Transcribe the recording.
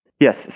Yes